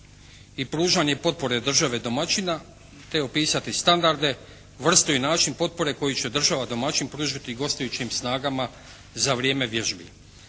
i pružanje potpore države domaćina te opisati standarde, vrstu i način potpore koji će država domaćin pružiti gostujućim snagama za vrijeme vježbi.